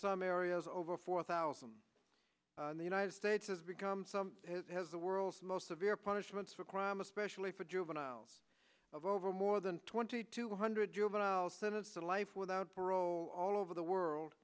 some areas over four thousand in the united states has become some has the world's most severe punishments for crime especially for juveniles of over more than twenty two hundred juveniles sentenced to life without parole all over the world